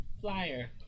flyer